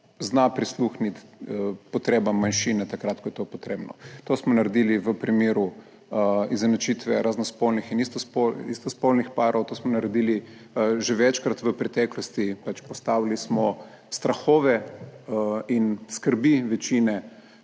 zna prisluhniti potrebam manjšine, takrat ko je to potrebno. To smo naredili v primeru, izenačitve raznospolnih in isto istospolnih parov, to smo naredili že večkrat v preteklosti. Pač postavili smo strahove in skrbi večine